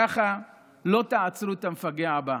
ככה לא תעצרו את המפגע הבא.